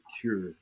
cure